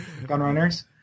Gunrunners